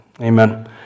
Amen